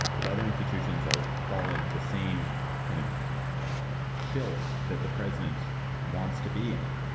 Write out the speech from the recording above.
if other institutions are fall into the same kind of filth that the president wants to be in,